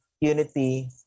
unity